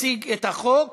תציג את החוק